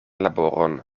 laboron